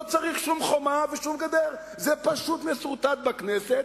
לא צריך שום חומה ושום גדר, זה פשוט מסורטט בכנסת,